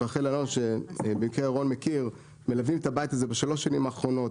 רחל אלון מלווה את הבית הזה בשלוש שנים האחרונות.